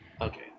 Okay